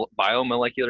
biomolecular